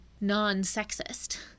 non-sexist